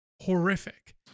horrific